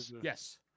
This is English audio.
Yes